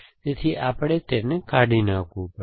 તેથી આપણે તેને કાઢી નાખવું પડશે